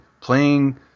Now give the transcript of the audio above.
playing